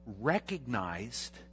recognized